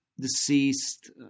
deceased